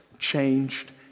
changed